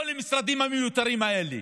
לא למשרדים המיותרים האלה.